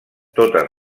totes